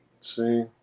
see